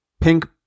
Pink